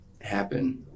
happen